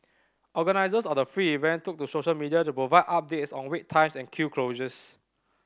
organisers of the free event took to social media to provide updates on wait times and queue closures